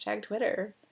Twitter